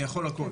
אני יכול הכל.